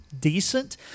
decent